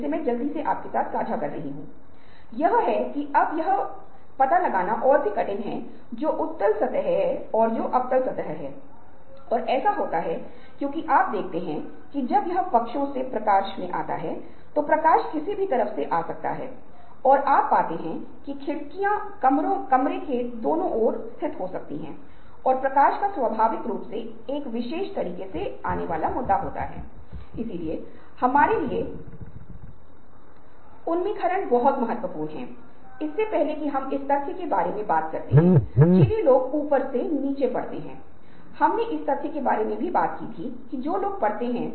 तो इसी तरह छात्रों से पूछा जाता है कि कितने असामान्य उपयोग हैं या व्यक्तियों से पूछा जाता है कि आप चाकू ऑटोमोबाइल टायर कुर्सी की पेंसिल टेलीफोन बुक आदि को कितने असामान्य उतरिकों मे पयोग कर सकते हैं